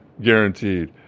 guaranteed